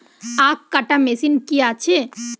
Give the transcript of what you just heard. আখ কাটা মেশিন কি আছে?